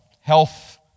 health